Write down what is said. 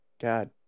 God